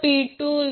तर हे मी सोडत आहे